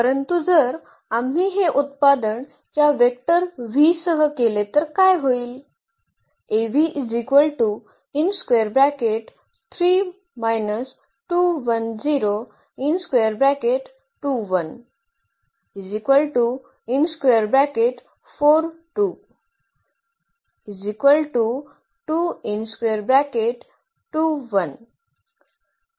परंतु जर आम्ही हे उत्पादन या वेक्टर v सह केले तर काय होईल